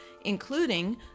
including